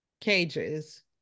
cages